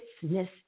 Fitness